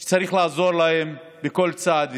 מי שצריך לעזור להם בכל צעד וצעד.